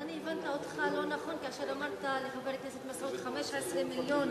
אז אני הבנתי אותך לא נכון כאשר אמרת לחבר הכנסת מסעוד: 15 מיליון